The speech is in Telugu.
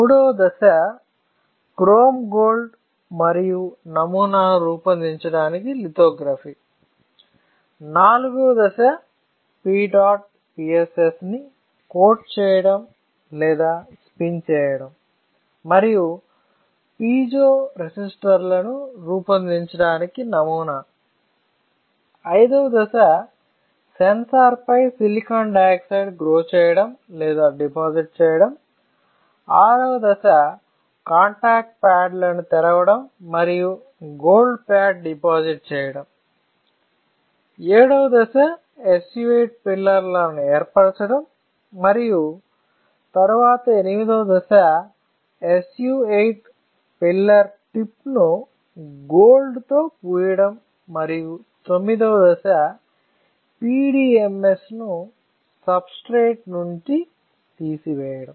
మూడవ దశ క్రోమ్ గోల్డ్ మరియు నమూనాను రూపొందించడానికి లితోగ్రఫీ నాల్గవ దశ PEDOT PSS ని కోట్ చేయడం లేదా స్పిన్ చేయడం మరియు పిజో రెసిస్టర్లను రూపొందించడానికి నమూనా ఐదవ దశ సెన్సార్పై సిలికాన్ డయాక్సైడ్ గ్రో చేయడం లేదా డిపాజిట్ చేయడం ఆరవ దశ కాంటాక్ట్ ప్యాడ్లను తెరవడం మరియు గోల్డ్ ప్యాడ్ డిపాజిట్ చేయడం ఏడవ దశ SU 8 పిల్లర్ లను ఏర్పరచడం మరియు తరువాత ఎనిమిదవ దశ SU 8 పిల్లర్ టిప్ ను గోల్డ్ తో పూయడం మరియు తొమ్మిదవ దశ PDMS ను సబ్స్ట్రేట్ నుండి తీసివేయడం